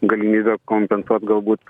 galimybę kompensuot galbūt